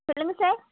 சொல்லுங்கள் சார்